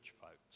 folks